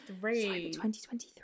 2023